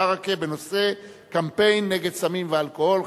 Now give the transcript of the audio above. ברכה בנושא: קמפיין נגד סמים ואלכוהול.